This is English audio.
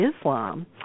Islam